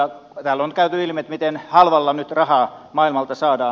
täällä on käynyt ilmi miten halvalla nyt rahaa maailmalta saadaan